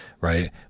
right